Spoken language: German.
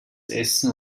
essen